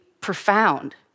profound